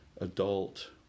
adult